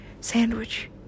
Sandwich